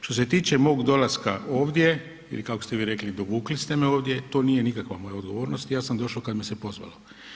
Što se tiče mog dolaska ovdje ili kako ste vi rekli dovukli ste me ovdje, to nije nikakva moja odgovornost, ja sam došao kada me se pozvalo.